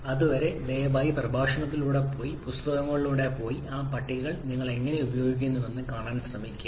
അതുവരെ ദയവായി പ്രഭാഷണത്തിലൂടെ പോയി പുസ്തകങ്ങളിലൂടെ പോയി ആ പട്ടികകൾ നിങ്ങൾ എങ്ങനെ ഉപയോഗിക്കുന്നുവെന്ന് കാണാൻ ശ്രമിക്കുക